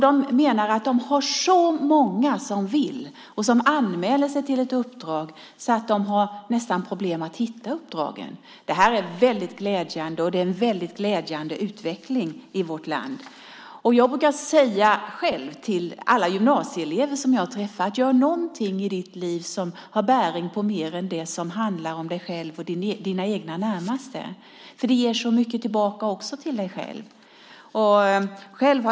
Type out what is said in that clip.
De menar att det är så många som anmäler sig till uppdrag att de nästan har problem att hitta uppdrag. Det är väldigt glädjande. Det är en väldigt glädjande utveckling i vårt land. Till gymnasieelever som jag träffar brukar jag säga: Gör något i ditt liv som har bäring på mer än det som handlar om dig själv och dina närmaste. Det ger så mycket tillbaka till dig själv.